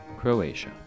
Croatia